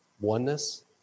Oneness